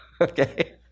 Okay